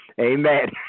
Amen